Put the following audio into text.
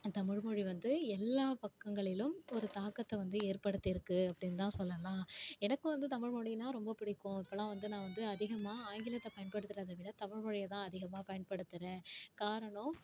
நம் தமிழ்மொழி வந்து எல்லாப் பக்கங்களிலும் ஒரு தாக்கத்தை வந்து ஏற்படுத்தியிருக்கு அப்படின்தான் சொல்லலாம் எனக்கு வந்து தமிழ்மொழின்னால் ரொம்ப பிடிக்கும் இப்போல்லாம் வந்து நான் வந்து அதிகமாக ஆங்கிலத்தை பயன்படுத்துறதை விட தமிழ்மொழியைதான் அதிகமாக பயன்படுத்துகிறேன் காரணம்